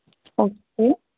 okay